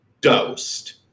Dosed